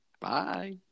Bye